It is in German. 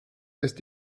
ist